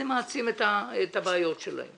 זה מעצים את הבעיות שלהם